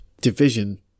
division